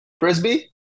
frisbee